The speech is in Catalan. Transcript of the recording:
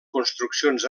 construccions